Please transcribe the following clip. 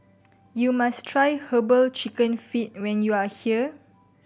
you must try Herbal Chicken Feet when you are here